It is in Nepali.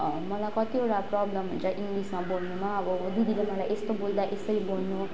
मलाई कतिवटा प्रोब्लम हुन्छ इङ्ग्लिसमा बोल्नुमा अब दिदीले मलाई यस्तो बोल्दा यसरी बोल्नु